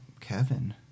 Kevin